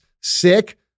sick